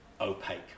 opaque